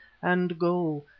and go,